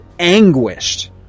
anguished